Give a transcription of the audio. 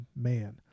man